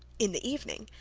in the evening,